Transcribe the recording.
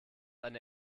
eine